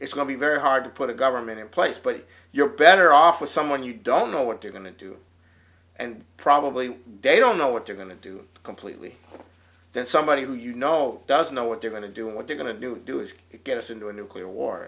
it's going to be very hard to put a government in place but you're better off with someone you don't know what they're going to do and probably they don't know what they're going to do completely then somebody who you know doesn't know what they're going to do and what they're going to do do is get us into a nuclear war